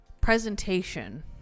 presentation